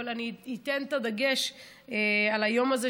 אבל אני אתן את הדגש על היום הזה,